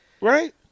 Right